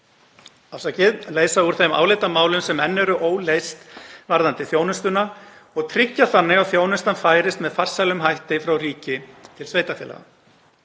þess að leysa úr þeim álitamálum sem enn eru óleyst varðandi þjónustuna og tryggja þannig að þjónustan færist með farsælum hætti frá ríki til sveitarfélaga.